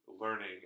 learning